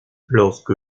lorsque